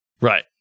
Right